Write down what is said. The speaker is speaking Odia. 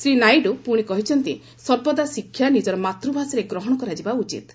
ଶ୍ରୀ ନାଇଡୁ ପୁଣି କହିଛନ୍ତି ସର୍ବଦା ଶିକ୍ଷା ନିଜର ମାତୃଭାଷାରେ ଗ୍ରହଣ କରାଯିବା ଉଚିତ୍